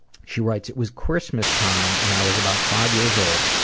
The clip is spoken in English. she writes, it was christmastime and i was about five years old.